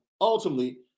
ultimately